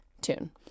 tune